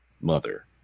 mother